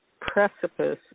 precipice